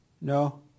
No